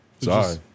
sorry